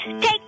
Take